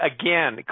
again